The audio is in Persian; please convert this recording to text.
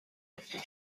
رفتیم